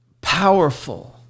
powerful